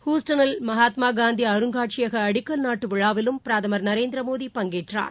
ஹுஸ்டனில் மகாத்மாகாந்திஅருங்காட்சியகஅடிக்கல் நாட்டுவிழாவிலும் பிரதமர் நரேந்திரமோதி பங்கேற்றார்